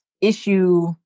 issue